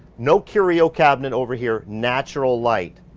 no curio cabinet over here, natural light.